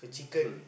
Wing-Zone